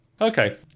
Okay